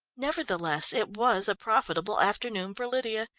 nevertheless, it was a profitable afternoon for lydia.